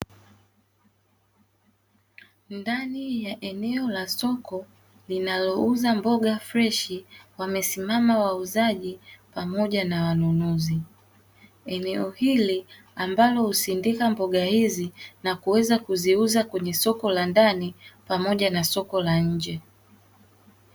Ndani ya eneo la soko linalouza mboga freshi, wamesimama wauzaji pamoja na wanunuzi. Eneo hili ambalo husindika mboga hizi na kuziuza kwenye soko la ndani pamoja na soko la nje.